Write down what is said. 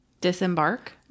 disembark